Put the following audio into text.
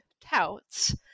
Touts